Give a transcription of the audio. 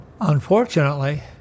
Unfortunately